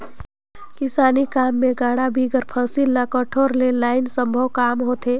किसानी काम मे गाड़ा बिगर फसिल ल कोठार मे लनई असम्भो काम होथे